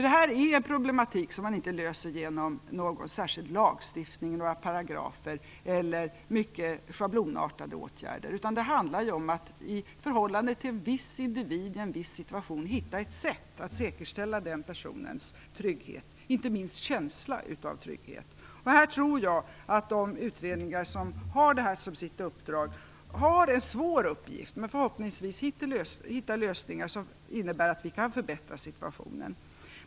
Det är en problematik som inte kan lösas genom särskild lagstiftning i några paragrafer eller genom mycket schablonartade åtgärder, utan det handlar om att i förhållande till en viss individ i en viss situation hitta ett sätt att säkerställa den personens trygghet, inte minst känsla av trygghet. Här tror jag att de utredningar som har detta som sitt uppdrag har en svår uppgift, men förhoppningsvis hittar man lösningar som innebär att situationen kan förbättras.